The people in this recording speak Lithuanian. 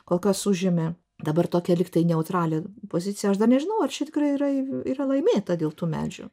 kol kas užėmė dabar tokią lyg tai neutralią poziciją aš dar nežinau ar čia tikrai yra yra laimėta dėl tų medžių